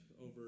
over